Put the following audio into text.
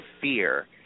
fear